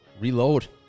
reload